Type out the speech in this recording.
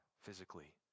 physically